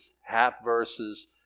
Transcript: half-verses